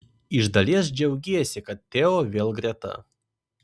iš dalies džiaugiesi kad teo vėl greta